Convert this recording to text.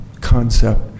concept